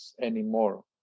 anymore